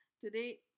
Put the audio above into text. Today